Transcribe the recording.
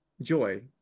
joy